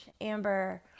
Amber